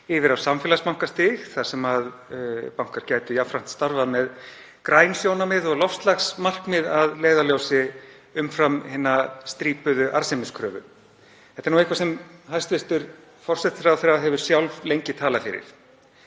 yfir á samfélagsbankastig þar sem bankar gætu jafnframt starfað með græn sjónarmið og loftslagsmarkmið að leiðarljósi umfram hina strípuðu arðsemiskröfu. Þetta er eitthvað sem hæstv. forsætisráðherra hefur sjálf lengi talað fyrir.